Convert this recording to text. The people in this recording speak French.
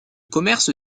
commerce